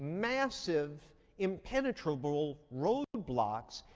massive impenetrable roadblocks,